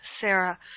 Sarah